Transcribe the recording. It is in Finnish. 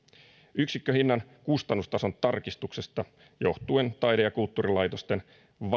yksikköhinnan kustannustason tarkistuksesta johtuen taide ja kulttuurilaitosten